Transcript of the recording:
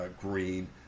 green